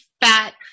fat